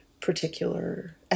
particular